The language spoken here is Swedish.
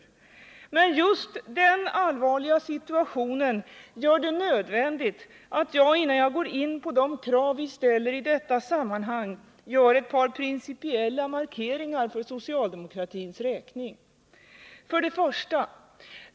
Just denna mycket allvarliga situation gör det nödvändigt att jag, innan jag går in på de krav vi ställer i detta sammanhang, gör ett par principiella markeringar för socialdemokratins räkning: 1.